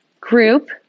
group